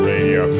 Radio